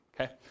okay